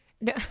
no